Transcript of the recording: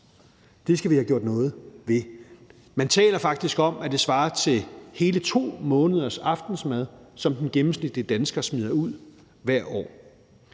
Det skal vi have gjort noget ved. Kl. 13:28 Man taler faktisk om, at det svarer til hele 2 måneders aftensmad, som den gennemsnitlige dansker smider ud hvert år.